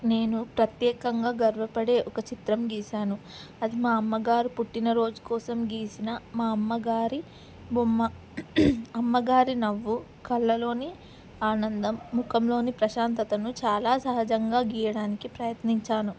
నేను ప్రత్యేకంగా గర్వపడే ఒక చిత్రం గీసాను అది మా అమ్మగారు పుట్టినరోోజు కోసం గీసిన మా అమ్మగారి బొమ్మ అమ్మగారి నవ్వు కళ్ళలోని ఆనందం ముఖంలోని ప్రశాంతతను చాలా సహజంగా గీయడానికి ప్రయత్నించాను